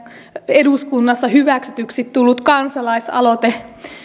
eduskunnassa hyväksytyksi tullut kansalaisaloite